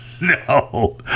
No